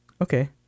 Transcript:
Okay